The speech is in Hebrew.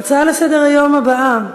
ההצעה הבאה לסדר-היום, בנושא: